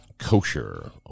kosher